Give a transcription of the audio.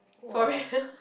!wah!